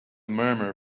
murmur